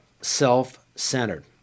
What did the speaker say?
self-centered